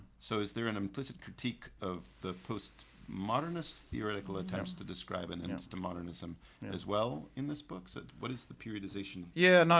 so is there an implicit critique of the post modernist theoretical attempts to describe and and hints to modernism as well in this book? so what is the periodization? yeah,